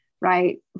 right